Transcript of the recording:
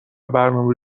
برنامه